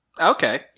Okay